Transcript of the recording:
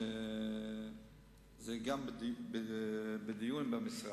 גם בדיון במשרד.